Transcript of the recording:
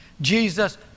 Jesus